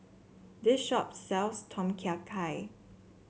this shop sells Tom Kha Gai